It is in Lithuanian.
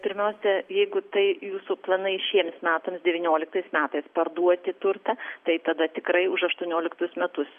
pirmiausia jeigu tai jūsų planai šiems metams devynioliktais metais parduoti turtą tai tada tikrai už aštuonioliktus metus